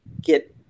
get